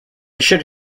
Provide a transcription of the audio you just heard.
should